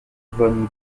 von